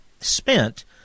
spent